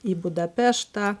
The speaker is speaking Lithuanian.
į budapeštą